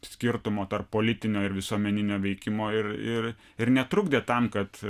skirtumo tarp politinio ir visuomeninio veikimo ir ir ir netrukdė tam kad